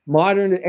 modern